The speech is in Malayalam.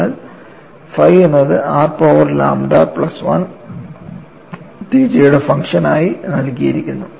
അതിനാൽ phi എന്നത് r പവർ ലാംഡ പ്ലസ് 1 തീറ്റയുടെ ഫംഗ്ഷൻ ആയി നൽകിയിരിക്കുന്നു